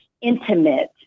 intimate